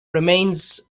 remains